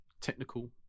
technical